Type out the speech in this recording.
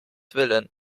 willen